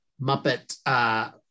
Muppet